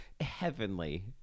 Heavenly